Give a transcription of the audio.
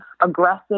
aggressive